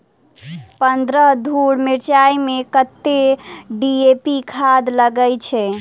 पन्द्रह धूर मिर्चाई मे कत्ते डी.ए.पी खाद लगय छै?